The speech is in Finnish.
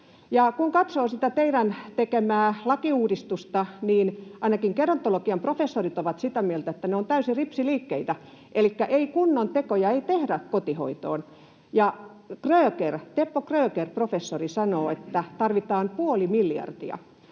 kun katsoo sitä teidän tekemäänne lakiuudistusta, niin ainakin gerontologian professorit ovat sitä mieltä, että ne ovat täysin ripsiliikkeitä elikkä kunnon tekoja ei tehdä kotihoitoon. Ja Teppo Kröger, professori, sanoo, että tarvitaan puoli miljardia.